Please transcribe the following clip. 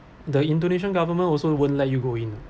the indonesian government also won't let you go in ah